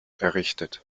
errichtet